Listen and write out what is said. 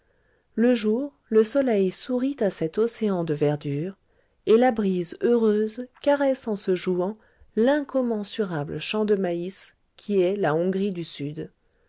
le jour le soleil sourit à cet océan de verdure et la brise heureuse caresse en se jouant l'incommensurable champ de maïs qui est la hongrie du sud